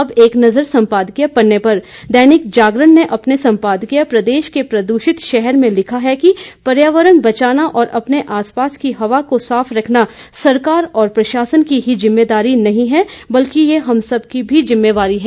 अब एक नजर संपादकीय पन्ने पर दैनिक जागरण ने अपने संपादकीय प्रदेश के प्रदूषित शहर में लिखा है कि पर्यावरण बचाना और अपने आस पास की हवा को साफ रखना सरकार और प्रशासन की ही जिम्मेदारी नहीं है बल्कि यह हम सभी की भी जिम्मेवारी है